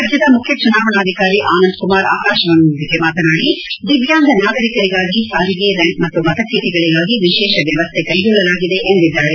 ರಾಜ್ಯದ ಮುಖ್ಯ ಚುನಾವಣಾಧಿಕಾರಿ ಆನಂದ್ಕುಮಾರ್ ಆಕಾಶವಾಣಿಯೊಂದಿಗೆ ಮಾತನಾಡಿದ ದಿವ್ಯಾಂಗ ನಾಗರಿಕರಿಗಾಗಿ ಸಾರಿಗೆ ರ್ಕಾಂಪ್ ಮತ್ತು ಮತಚೀಟಿಗಳಿಗಾಗಿ ವಿಶೇಷ ವ್ಯವಸ್ಥೆಯನ್ನು ಕೈಗೊಳ್ಳಲಾಗಿದೆ ಎಂದು ಹೇಳಿದ್ದಾರೆ